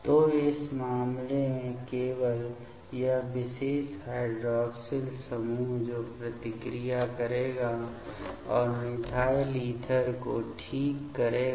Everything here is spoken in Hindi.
तो इस मामले में केवल यह विशेष हाइड्रॉक्सिल समूह जो प्रतिक्रिया करेगा और मिथाइल ईथर को ठीक करेगा